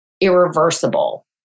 irreversible